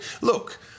Look